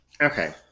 Okay